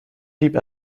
deep